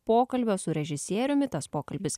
pokalbio su režisieriumi tas pokalbis